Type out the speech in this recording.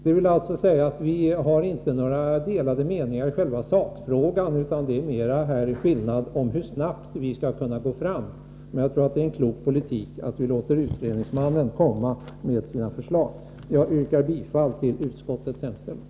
Jag vill framhålla att vi inte har några delade meningar i själva sakfrågan, utan skillnaden ligger mera i uppfattningen om hur snabbt man skall gå fram. Jag yrkar bifall till utskottets hemställan.